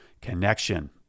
Connection